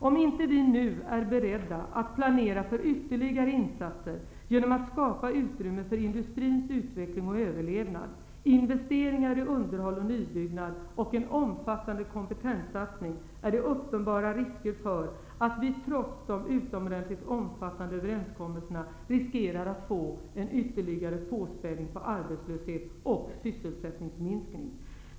Om inte vi nu är beredda att planera för ytterligare insatser -- genom att skapa utrymme för industrins utveckling och överlevnad, investeringar i underhåll och nybyggnad och en omfattande kompetenssatsning -- är det uppenbara risker för att vi -- trots de utomordentligt omfattande överenskommelserna -- riskerar att få en ytterligare påspädning när det gäller arbetslöshet och sysselsättningsminskning.